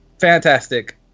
Fantastic